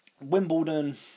wimbledon